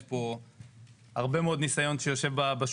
יש פה הרבה מאוד ניסיון שיושב פה,